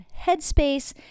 headspace